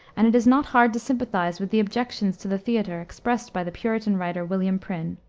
and it is not hard to sympathize with the objections to the theater expressed by the puritan writer, william prynne,